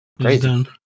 crazy